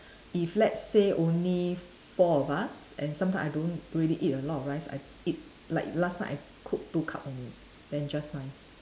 if let's say only four of us and sometimes I don't really eat a lot of rice I eat like last night I cook two cup only then just nice